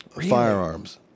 firearms